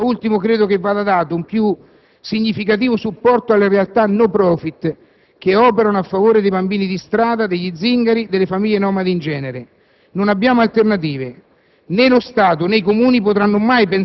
allo sfruttamento dei minori. Da ultimo, credo che vada dato un più significativo supporto alle realtà *no profit* che operano a favore dei bambini di strada, degli zingari, delle famiglie nomadi in genere. Non abbiamo alternative.